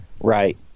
Right